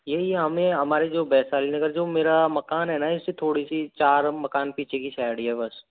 यही हमें हमारे जो वैशाली नगर जो मेरा मकान हैना इससे थोड़ी सी चार मकान पीछे की साइड ही है बस